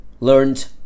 learned